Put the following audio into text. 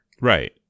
Right